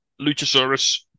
Luchasaurus